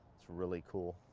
it's really cool.